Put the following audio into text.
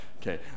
Okay